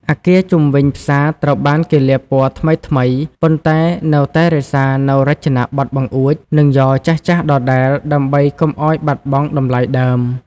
អគារជុំវិញផ្សារត្រូវបានគេលាបពណ៌ថ្មីៗ ប៉ុន្តែនៅតែរក្សានូវរចនាប័ទ្មបង្អួច និងយ៉រចាស់ៗដដែលដើម្បីកុំឱ្យបាត់បង់តម្លៃដើម។